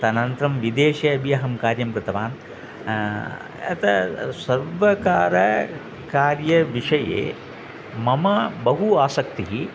अनन्तरं विदेशे अपि अहं कार्यं कृतवान् अतः सर्वकारः कार्यविषये मम बहु आसक्तिः